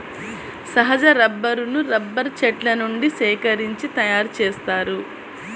సహజ రబ్బరును రబ్బరు చెట్ల నుండి సేకరించి తయారుచేస్తారు